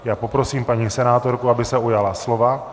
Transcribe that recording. Já poprosím paní senátorku, aby se ujala slova.